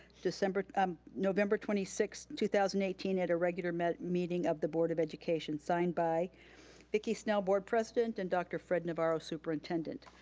november um november twenty sixth, two thousand and eighteen at a regular meeting meeting of the board of education. signed by vicki snell, board president, and dr. fred navarro, superintendent.